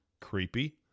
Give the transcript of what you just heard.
creepy